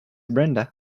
brenda